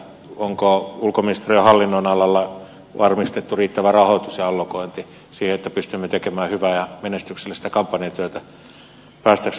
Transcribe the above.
onko ulkoministeriön hallinnonalalla varmistettu riittävä rahoitus ja allokointi siihen että pystymme tekemään hyvää ja menestyksellistä kampanjatyötä päästäksemme tähän tärkeään pöytään